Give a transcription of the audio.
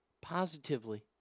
positively